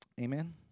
Amen